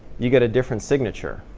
you get a different signature.